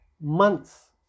months